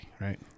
right